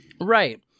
Right